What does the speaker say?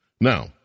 Now